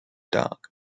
dark